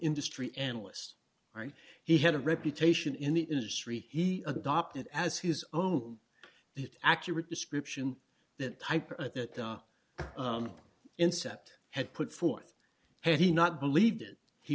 industry analyst right he had a reputation in the industry he adopted as his own it accurate description that type of that incept had put forth had he not believed it he